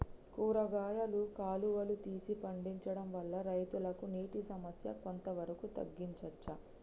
కూరగాయలు కాలువలు తీసి పండించడం వల్ల రైతులకు నీటి సమస్య కొంత వరకు తగ్గించచ్చా?